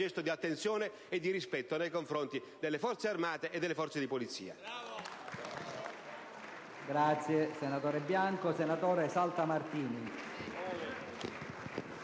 gesto di attenzione e di rispetto nei confronti delle Forze armate e delle Forze di polizia.